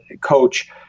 coach